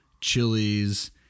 chilies